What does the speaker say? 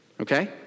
okay